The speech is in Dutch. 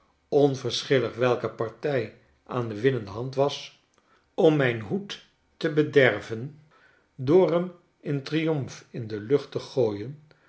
hand was om mijn hoed te bederven door m in triomf in de lucht te gooien